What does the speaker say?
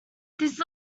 these